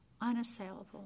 unassailable